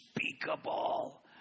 unspeakable